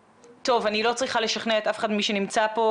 אני לא צריכה לשכנע אף אחד ממי שנמצא כאן